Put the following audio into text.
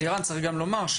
צריך גם לומר,